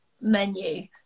menu